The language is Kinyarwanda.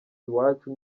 iwacu